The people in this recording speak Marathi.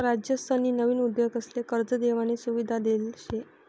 राज्यसनी नवीन उद्योगसले कर्ज देवानी सुविधा देल शे